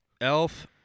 Elf